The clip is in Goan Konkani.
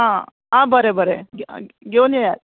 आं आं बरें बरें घेवन येयात